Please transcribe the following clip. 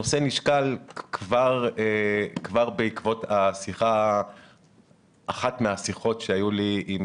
הנושא נשקל כבר בעקבות אחת השיחות שהיו לי.